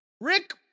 Rick